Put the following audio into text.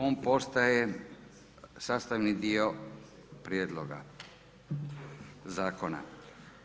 On postaje sastavni dio prijedloga zakona.